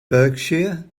berkshire